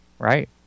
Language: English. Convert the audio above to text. Right